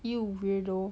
you weirdo